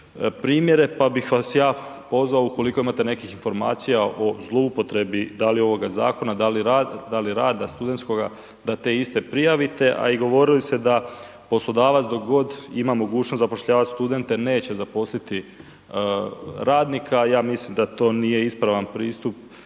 primjere, pa bih vas ja pozvao ukoliko imate nekih informacija o zloupotrebi da li ovoga zakona da li rada studentskoga da te iste prijavite, a i govorili ste da poslodavac dok god ima mogućnost zapošljavat studente neće zaposliti radnika, ja mislim da to nije ispravan pristup